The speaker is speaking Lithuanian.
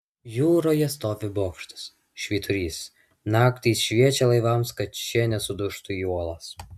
jūroje stovi bokštas švyturys naktį jis šviečia laivams kad šie nesudužtų į uolas